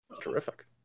Terrific